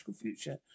future